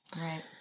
Right